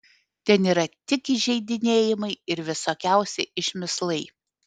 ten yra tik įžeidinėjimai ir visokiausi išmislai